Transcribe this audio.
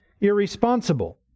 irresponsible